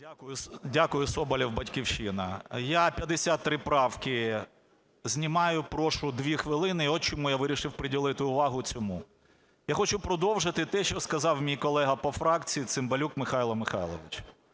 Дякую. Соболєв, "Батьківщина". Я 53 правки знімаю і прошу 2 хвилини. От чому я вирішив приділити увагу цьому. Я хочу продовжити те, що сказав мій колега по фракції Цимбалюк Михайло Михайлович.